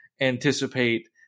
anticipate